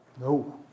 No